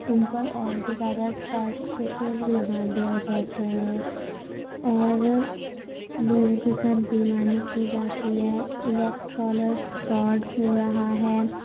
ان پر اور بھی زیادہ ٹیکس فیئر لگا دیا جاتا ہے اور لوگوں کے ساتھ بے ایمانی کی جاتی ہے الیکٹرالر فراڈ ہو رہا ہے